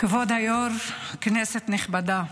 כבוד היו"ר, כנסת נכבדה,